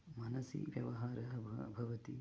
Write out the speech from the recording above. मनसि व्यवहारः बव भवति